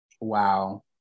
Wow